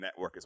networkers